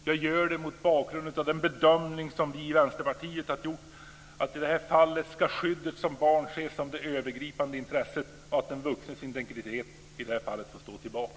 Jag gör det mot bakgrund av den bedömning vi i Vänsterpartiet har gjort att i det här fallet ska skyddet för barnen ses som det övergripande intresset och att den vuxnes integritet i det här fallet får stå tillbaka.